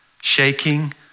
shaking